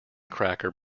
cracker